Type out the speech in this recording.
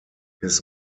his